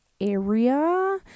area